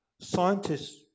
Scientists